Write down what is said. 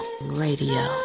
Radio